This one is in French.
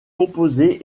composé